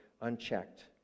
unchecked